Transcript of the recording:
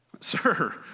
Sir